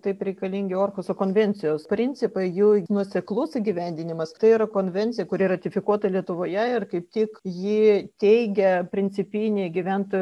taip reikalingi orkoso konvencijos principai jų nuoseklus įgyvendinimas tai yra konvencija kuri ratifikuota lietuvoje ir kaip tik ji teigia principinė gyventojų